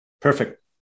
Perfect